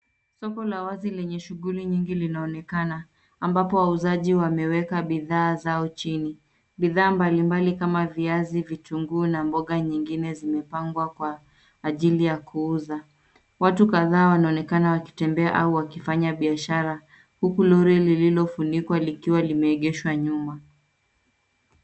Soko la wazi lenye shughuli nyingi linaonaka ambapo wauzaji wameweka bidhaa zao chini bidhaa mbali kama viazi, vitunguu na mboga nyingine zimepangwa kwa ajili ya kuuza. Watu kadhaa wanaonekana wakitembea au wakifanya biashara huku Lori lililofunikwa liwa limegeshwa nyuma.